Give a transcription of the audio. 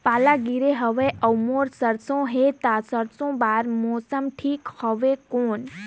पाला गिरे हवय अउर मोर सरसो हे ता सरसो बार मौसम ठीक हवे कौन?